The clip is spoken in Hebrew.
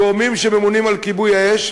גורמים שממונים על כיבוי האש,